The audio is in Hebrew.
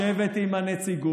לשבת עם הנציגות,